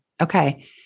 Okay